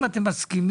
אם אתם מסכימים,